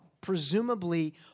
presumably